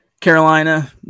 Carolina